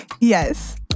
Yes